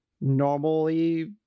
normally